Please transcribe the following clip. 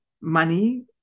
money